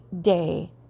day